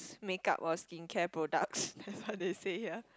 s~ make-up or skincare products that's what they say here